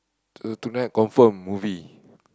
so tonight confirm movie